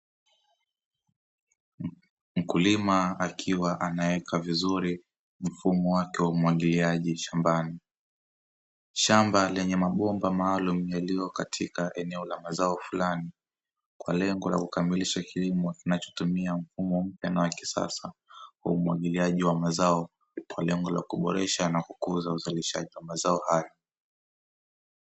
Mkulima akiwa anaeka vizuri mfumo wake wa umwagiliaji shambani. Shamba lenye mabomba maalumu yaliyo katika eneo la mazao fulani kwa lengo la ukamilishe kilimo kinachotumia mfumo mpya na wa kisasa kwa umwagiliaji wa mazao kwa lengo la kuboresha na kukuza uzalishaji wa mazao haya.